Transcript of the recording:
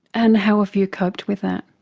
and how have you coped with that?